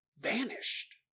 vanished